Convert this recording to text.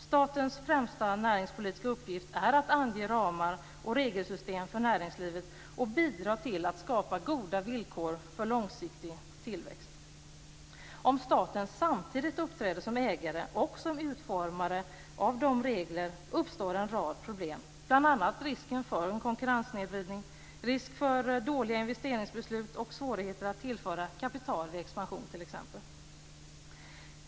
Statens främsta näringspolitiska uppgift är att ange ramar och regelsystem för näringslivet och bidra till att skapa goda villkor för långsiktig tillväxt. Om staten samtidigt uppträder som ägare och som utformare av dessa regler uppstår en rad problem, bl.a. risk för konkurrenssnedvridning, risk för dåliga investeringsbeslut och svårigheter att tillföra kapital för expansion.